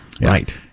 Right